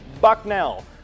Bucknell